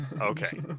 Okay